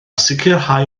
sicrhau